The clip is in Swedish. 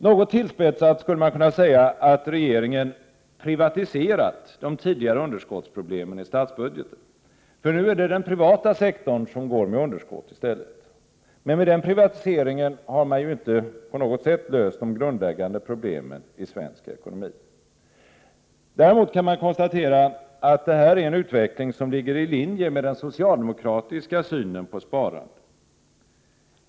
Något tillspetsat skulle man kunna säga att regeringen privatiserat de tidigare underskottsproblemen i statsbudgeten, för nu är det den privata sektorn som går med underskott i stället. Med den privatiseringen har man inte på något sätt löst de grundläggande problemen i svensk ekonomi. Däremot kan man konstatera att denna utveckling ligger i linje med den socialdemokratiska synen på sparande.